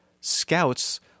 scouts